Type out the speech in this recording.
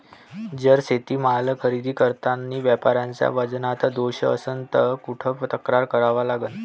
जर शेतीमाल खरेदी करतांनी व्यापाऱ्याच्या वजनात दोष असन त कुठ तक्रार करा लागन?